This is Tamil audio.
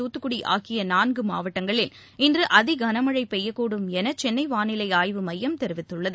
துத்துக்குடி ஆகிய நான்கு மாவட்டங்களில் இன்று அதி கனமழைபெய்யக்கூடும் என சென்னை வானிலை ஆய்வு மையம் தெரிவித்துள்ளது